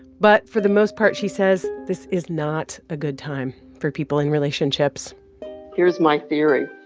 but for the most part, she says this is not a good time for people in relationships here's my theory.